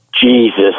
Jesus